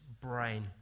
brain